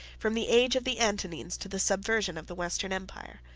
from the age of the antonines to the subversion of the western empire.